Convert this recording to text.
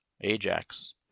ajax